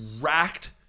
racked